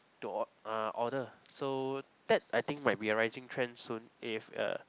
to or uh order so that I think might be a rising trend soon if uh